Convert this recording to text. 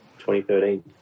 2013